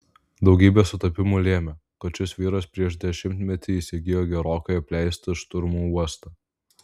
daugybė sutapimų lėmė kad šis vyras prieš dešimtmetį įsigijo gerokai apleistą šturmų uostą